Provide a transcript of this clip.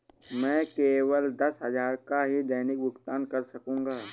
मैं केवल दस हजार का ही दैनिक भुगतान कर सकता हूँ